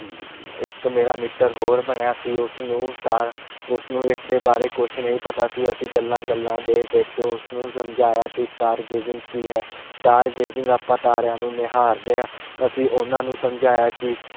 ਇੱਕ ਮੇਰਾ ਮਿੱਤਰ ਹੋਰ ਬਣਿਆ ਸੀ ਉਸ ਨੂੰ ਤਾਰ ਉਸ ਨੂੰ ਇਸ ਦੇ ਬਾਰੇ ਕੁਛ ਨਹੀਂ ਪਤਾ ਸੀ ਅਸੀਂ ਗੱਲਾਂ ਗੱਲਾਂ ਦੇ ਵਿੱਚ ਉਸ ਨੂੰ ਸਮਝਾਇਆ ਕਿ ਸਟਾਰਗੇਜਿੰਗ ਕੀ ਹੈ ਸਟਾਰਗੇਜਿੰਗ ਆਪਾਂ ਤਾਰਿਆਂ ਨੂੰ ਨਿਹਾਰਦੇ ਹਾਂ ਅਸੀਂ ਉਹਨਾਂ ਨੂੰ ਸਮਝਾਇਆ ਕਿ